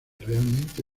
realmente